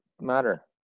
matter